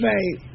Right